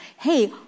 hey